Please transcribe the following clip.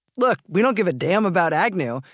look, we don't give a damn about agnew,